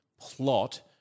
plot